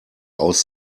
aus